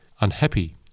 unhappy